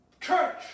Church